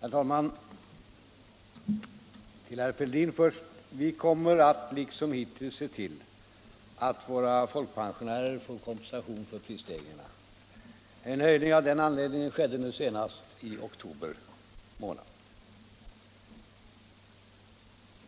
Herr talman! Först vill jag till herr Fälldin säga att vi, liksom hittills, kommer att se till att våra folkpensionärer får kompensation för prisstegringarna. En höjning av folkpensionerna av denna anledning skedde nu senast i oktober månad.